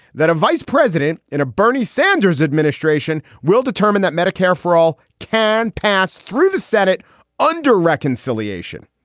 that a vice president in a bernie sanders administration will determine that medicare for all can pass through the senate under reconciliation.